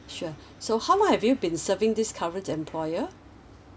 sure so how long have you been serving this current employer